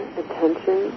attention